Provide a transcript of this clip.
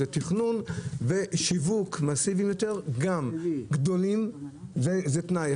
זה תכנון ושיווק מסיבי יותר, גם גדולים, וזה תנאי.